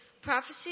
Prophecy